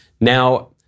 Now